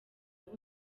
aba